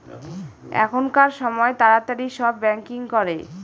এখনকার সময় তাড়াতাড়ি সব ব্যাঙ্কিং করে